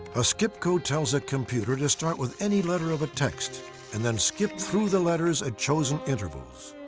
a skip code tells a computer to start with any letter of a text and then, skip through the letters at chosen intervals.